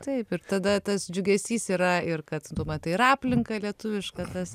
taip ir tada tas džiugesys yra ir kad tu matai ir aplinką lietuvišką tas